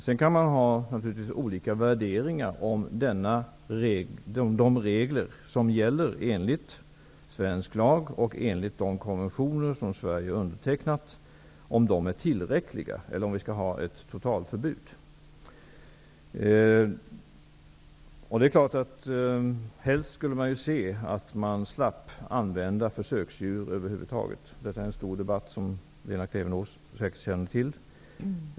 Sedan kan man naturligtvis ha olika värderingar om de regler som gäller enligt svensk lag och enligt de konventioner som Sverige undertecknat är tillräckliga eller om vi skall ha ett totalförbud. Helst skulle vi vilja se att man slapp använda försöksdjur över huvud taget. Det är en stor debatt, som Lena Klevenås säkert känner till.